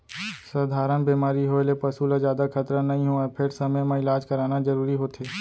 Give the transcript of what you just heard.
सधारन बेमारी होए ले पसू ल जादा खतरा नइ होवय फेर समे म इलाज कराना जरूरी होथे